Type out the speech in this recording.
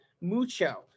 mucho